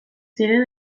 ziren